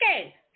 Okay